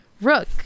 Rook